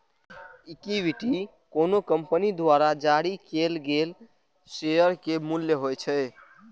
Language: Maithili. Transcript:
इक्विटी कोनो कंपनी द्वारा जारी कैल गेल शेयर के मूल्य होइ छै